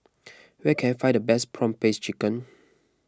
where can I find the best Prawn Paste Chicken